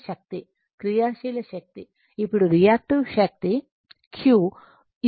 క్రియాశీల శక్తి ఇప్పుడు రియాక్టివ్ శక్తి Q VI sin α β అవుతుంది